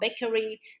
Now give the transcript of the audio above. bakery